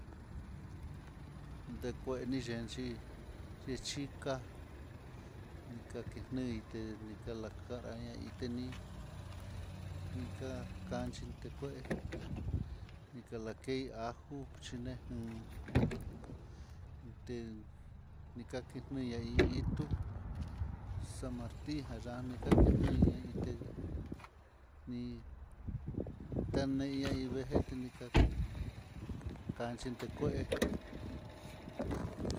Ndekueni x i texhiká, nikaki neité kalagraña ité ní nika kanchi tekue, nikalakei ajo, chinan té nikanaken i itu xamarja yani kakineí, ñaitel hí tanei ña iin vegete nika'a kanxhi tekué.